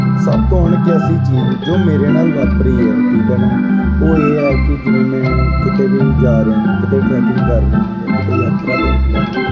ਸਭ ਤੋਂ ਅਣਕਿਆਸੀ ਚੀਜ਼ ਜੋ ਮੇਰੇ ਨਾਲ ਵਾਪਰੀ ਹੈ ਠੀਕ ਹੈ ਨਾ ਉਹ ਇਹ ਹੈ ਕਿ ਜਿਵੇਂ ਮੈਂ ਕਿਤੇ ਵੀ ਜਾ ਰਿਹਾ ਵਾਂ ਕਿਤੇ ਟਰੈਕਿੰਗ ਕਰ ਰਿਹਾ ਵਾਂ ਜਾਂ ਕਿਤੇ ਯਾਤਰਾ 'ਤੇ ਨਿਕਲਿਆ ਵਾਂ